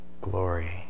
glory